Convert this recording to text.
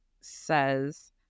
says